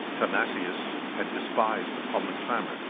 timasius had despised the public clamor,